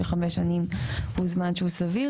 שחמש שנים הוא זמן סביר.